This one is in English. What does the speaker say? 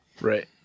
Right